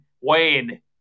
Wayne